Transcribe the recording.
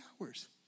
hours